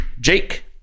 jake